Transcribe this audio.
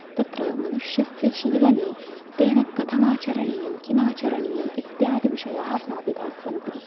तत्र मनुष्यस्य जीवने तेन कथमाचरणीयं किमाचरणीयं इत्यादिविषयाः ज्ञापिताः सन्ति